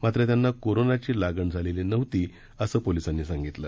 मात्र त्यांना कोरोनाची लागण झालेली नव्हती असं पोलीसांनी सांगितलं